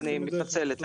אני מתנצלת,